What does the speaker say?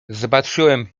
zobaczyłem